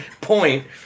point